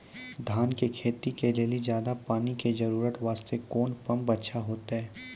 धान के खेती के लेली ज्यादा पानी के जरूरत वास्ते कोंन पम्प अच्छा होइते?